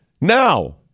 Now